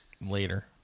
Later